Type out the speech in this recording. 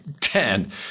Ten